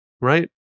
right